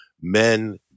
Men